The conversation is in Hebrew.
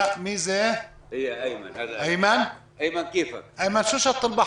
אז יש באמת עלייה מאוד יפה ומרשימה במספר של הבדיקות,